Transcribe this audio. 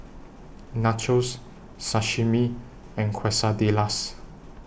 Nachos Sashimi and Quesadillas